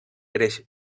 greix